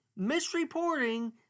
misreporting